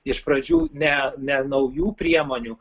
iš pradžių ne ne naujų priemonių